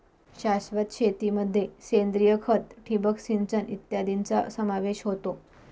शाश्वत शेतीमध्ये सेंद्रिय खत, ठिबक सिंचन इत्यादींचा समावेश होतो